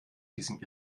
diesem